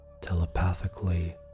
telepathically